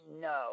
no